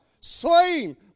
slain